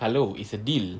hello it's a deal